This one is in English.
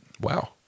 Wow